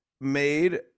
made